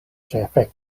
ĉefe